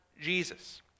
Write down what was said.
Jesus